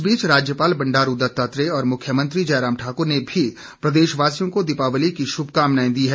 इस बीच राज्यपाल बडारू दत्तात्रेय और मुख्यमंत्री जयराम ठाकुर ने भी प्रदेश वासियों को दीपावली की शुभकामनाएं दी हैं